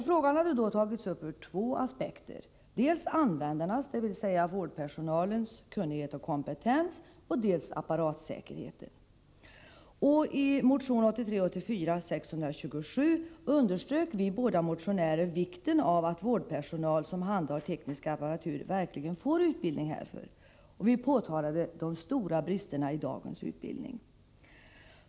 Frågan hade tagits upp ur två aspekter, dels användarnas, dvs. vårdpersonalens kunnighet och kompetens, dels apparatsäkerheten. I motion 1983/84:627 underströk vi båda motionärer vikten av att vårdpersonal som handhar teknisk apparatur verkligen får utbildning härför. Vi påtalade de stora bristerna i dagens utbildning.